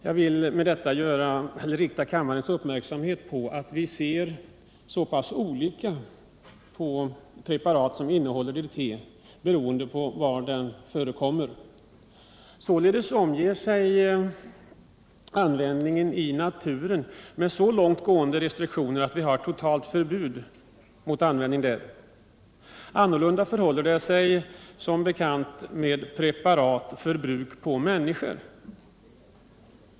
Jag vill med detta rikta kammarens uppmärksamhet på att vi ser helt olika på preparat som innehåller DDT, beroende på var de förekommer. Således omges användningen i naturen med så långt gående restriktioner som totalt förbud. Annorlunda förhåller det sig som bekant med preparat för bruk på människor.